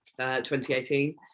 2018